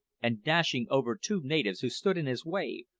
and dashing over two natives who stood in his way,